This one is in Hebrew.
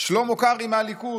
שלמה קרעי מהליכוד.